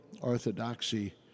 orthodoxy